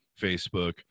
Facebook